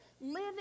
Living